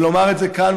ולומר את זה כאן,